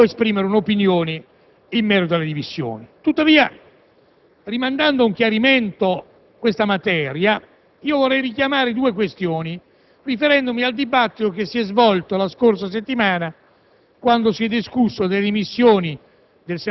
a nostro avviso, ogni senatore dovrebbe poter esprimere un'opinione in merito alle dimissioni. Tuttavia, rimandando a un chiarimento in materia, vorrei richiamare due questioni, riferendomi al dibattito che si è svolto la scorsa settimana